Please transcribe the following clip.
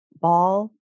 ball